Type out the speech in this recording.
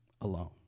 alone